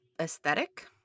aesthetic